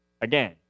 again